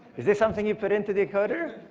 is this something you put into decoder?